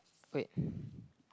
wait